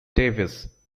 davis